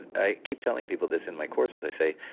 and i keep telling people this in my courses, i say,